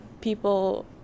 people